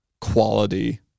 quality